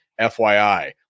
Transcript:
FYI